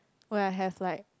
when I have like